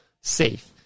safe